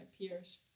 peers